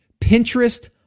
Pinterest